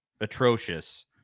atrocious